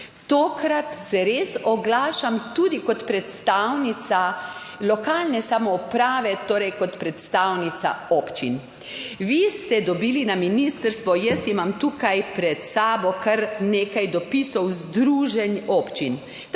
Tokrat se res oglašam tudi kot predstavnica lokalne samouprave, torej kot predstavnica občin. Vi ste dobili na ministrstvo, jaz imam tukaj pred sabo kar nekaj dopisov združenj občin,